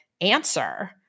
answer